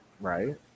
right